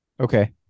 Okay